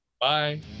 Bye